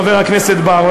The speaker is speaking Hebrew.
חבר הכנסת בר.